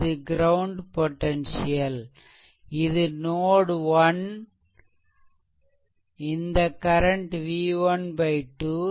இது ground potential இது node 1 in current v1 2